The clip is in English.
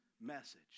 message